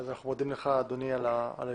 אז אנחנו מודים לך אדוני על היוזמה.